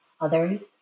others